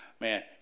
Man